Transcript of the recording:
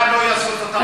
הם לא יעשו את אותם דברים,